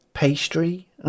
Pastry